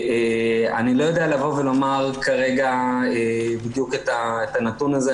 אני לא יודע לבוא ולומר כרגע את הנתון הזה,